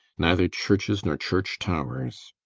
neither churches nor church-towers.